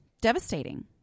devastating